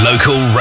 Local